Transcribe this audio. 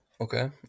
Okay